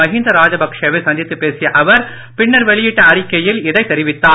மகிந்த ராஜபக்சே வை சந்தித்து பேசிய அவர் பின்னர் வெளியிட்ட அறிக்கையில் இதை தெரிவித்தார்